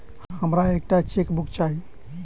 हमरा एक टा चेकबुक चाहि